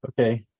Okay